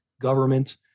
government